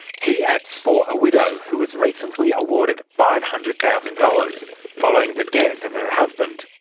he acts for a widow who was recently awarded five hundred thousand dollars following the death of her husband,